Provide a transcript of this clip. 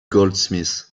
goldsmith